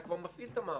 אתה כבר מפעיל את המערכת,